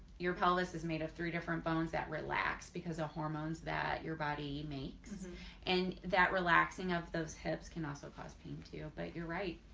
your pelvis is made of three different bones that relax because of hormones that your body makes and that relaxing of those hips can also cause pain too, but you're right.